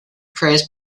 praised